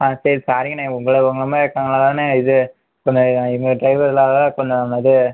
ஆ சரி சாரிண்ணே உங்களை உங்களை மாதிரி இருக்கிறதுனாலதாண்ணே இது கொஞ்சோம் எங்க ட்ரைவர்னால் கொஞ்சோம் இது